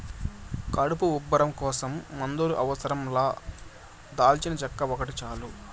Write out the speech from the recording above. కడుపు ఉబ్బరం కోసం మందుల అవసరం లా దాల్చినచెక్క ఒకటి చాలు